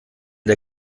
der